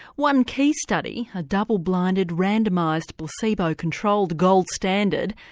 one key study, a double blinded, randomised placebo controlled gold standard,